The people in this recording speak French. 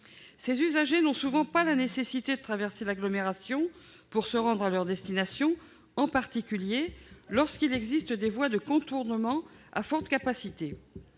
nécessaire pour ces personnes de traverser l'agglomération pour se rendre à leur destination, en particulier lorsqu'il existe des voies de contournement à forte capacité.